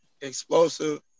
explosive